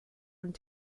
und